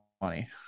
money